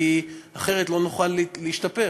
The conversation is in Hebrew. כי אחרת לא נוכל להשתפר.